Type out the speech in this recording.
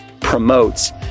promotes